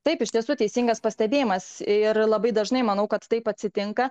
taip iš tiesų teisingas pastebėjimas ir labai dažnai manau kad taip atsitinka